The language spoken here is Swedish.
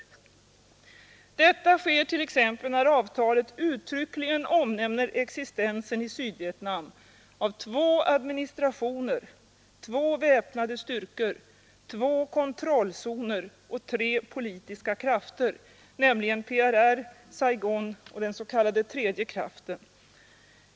Detta sker t.ex. när avtalet uttryckligen omnämner existensen i Sydvietnam av två administrationer, två väpnade styrkor, två kontrollzoner och tre politiska krafter — PRR, Saigon och den s.k. tredje kraften.